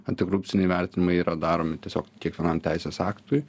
antikorupciniai vertinimai yra daromi tiesiog kiekvienam teisės aktui